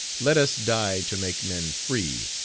let us die to make men free,